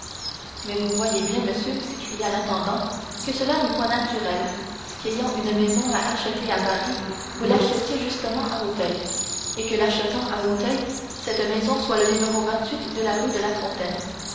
mais vous voyez bien monsieur s'écria l'intendant que cela n'est point naturel qu'ayant une maison à acheter à paris vous l'achetiez justement à auteuil et que l'achetant à auteuil cette maison soit le numéro de la rue de la fontaine